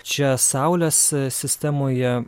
čia saulės sistemoje